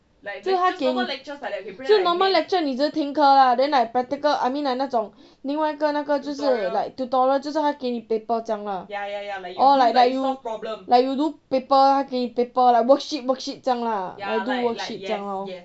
so 他给你 so 他 normal lectures 你只是听课 lah then like practical I mean like 那种另外一个那个就是 tutorial 就是他给你 paper 这样 lah orh like you do paper 他给你 paper like worksheet worksheet 这样 lah do worksheet 这样 lor